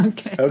Okay